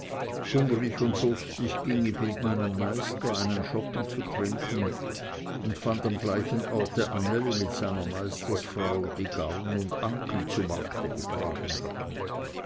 hungrig und durstig ging ich mit meinem meister einen schoppen zu trinken und fand am gleichen orte anneli mit seiner meisterfrau die garn und anken zu markte getragen hatten